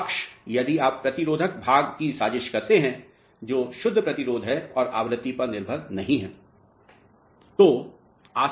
अक्ष यदि आप प्रतिरोधक भाग की साजिश करते हैं जो शुद्ध प्रतिरोध है और आवृत्ति पर निर्भर नहीं है